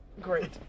great